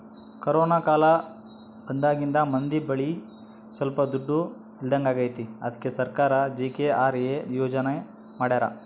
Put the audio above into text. corona ಕಾಲ ಬಂದಾಗಿಂದ ಮಂದಿ ಬಳಿ ಸೊಲ್ಪ ದುಡ್ಡು ಇಲ್ದಂಗಾಗೈತಿ ಅದ್ಕೆ ಸರ್ಕಾರ ಜಿ.ಕೆ.ಆರ್.ಎ ಯೋಜನೆ ಮಾಡಾರ